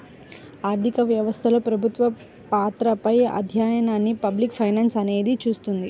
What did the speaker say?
ఆర్థిక వ్యవస్థలో ప్రభుత్వ పాత్రపై అధ్యయనాన్ని పబ్లిక్ ఫైనాన్స్ అనేది చూస్తుంది